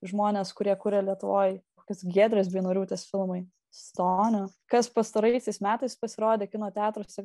žmonės kurie kuria lietuvoj kokios giedrės beinoriūtės filmai stonio kas pastaraisiais metais pasirodė kino teatruose